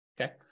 Okay